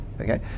okay